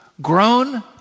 Grown